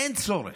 אין צורך.